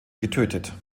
getötet